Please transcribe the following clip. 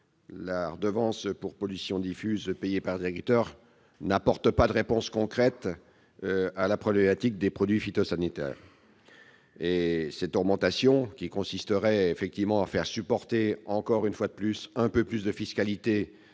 la redevance pour pollutions diffuses payée par les agriculteurs n'apporte pas de réponses concrètes à la problématique des produits phytosanitaires. L'augmentation prévue, qui consisterait à faire supporter, encore une fois, un peu plus de fiscalité